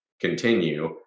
continue